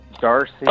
Darcy